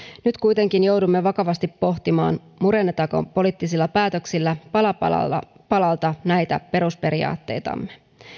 nyt kuitenkin joudumme vakavasti pohtimaan murennetaanko poliittisilla päätöksillä pala palalta pala palalta näitä perusperiaatteitamme